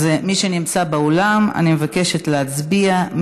מי שנמצא באולם, אני מבקשת להצביע.